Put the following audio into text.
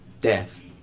death